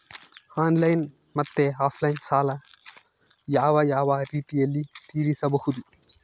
Online ಮತ್ತೆ offline ಸಾಲ ಯಾವ ಯಾವ ರೇತಿನಲ್ಲಿ ತೇರಿಸಬಹುದು?